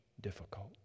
difficult